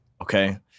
Okay